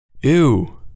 Ew